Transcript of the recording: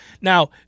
Now